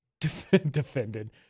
defended